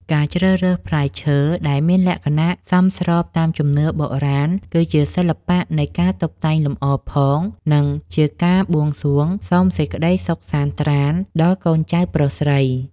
ការជ្រើសរើសផ្លែឈើដែលមានលក្ខណៈសមស្របតាមជំនឿបុរាណគឺជាសិល្បៈនៃការតុបតែងលម្អផង និង ជាការបួងសួងសុំសេចក្តីសុខសាន្តត្រាណដល់កូនចៅប្រុសស្រី។